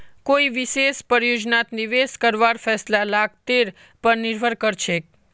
कोई विशेष परियोजनात निवेश करवार फैसला लागतेर पर निर्भर करछेक